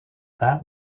that